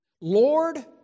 Lord